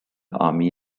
army